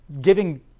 giving